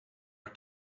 are